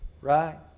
right